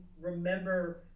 remember